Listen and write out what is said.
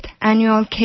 Annual